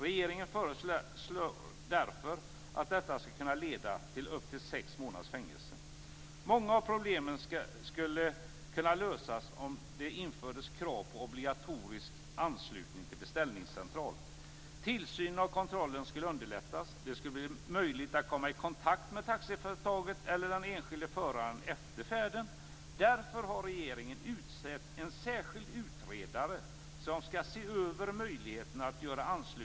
Regeringen föreslår därför att detta skall kunna leda till upp till sex månaders fängelse. Många av problemen skulle kunna lösas om det infördes krav på obligatorisk anslutning till beställningscentral. Tillsynen och kontrollen skulle underlättas. Det skulle bli möjligt att komma i kontakt med taxiföretaget eller den enskilde föraren efter färden.